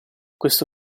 questo